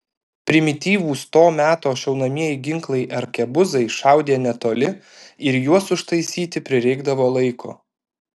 primityvūs to meto šaunamieji ginklai arkebuzai šaudė netoli ir juos užtaisyti prireikdavo laiko